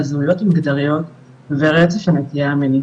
הזהויות המגדריות והווריאציות של נטייה מינית.